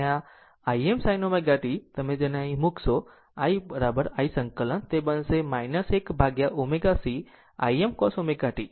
અને આ Im sin ω t તમે તેને અહીં મૂકશો i i સંકલન તે બનશે 1 ભાગ્યા ω c Im cos ω t v